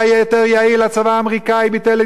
הצבא האמריקני ביטל את גיוס החובה,